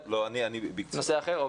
קצרה.